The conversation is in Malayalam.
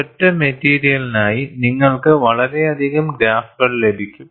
ഒരൊറ്റ മെറ്റീരിയലിനായി നിങ്ങൾക്ക് വളരെയധികം ഗ്രാഫുകൾ ലഭിക്കും